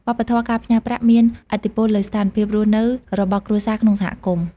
វប្បធម៌ការផ្ញើប្រាក់មានឥទ្ធិពលលើស្ថានភាពរស់នៅរបស់គ្រួសារក្នុងសហគមន៍។